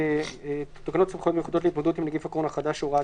"תקנות סמכויות מיוחדות להתמודדות עם נגיף הקורונה החדש (הוראת